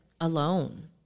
alone